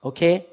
Okay